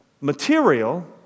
material